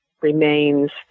remains